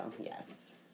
Yes